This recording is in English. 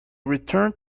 returned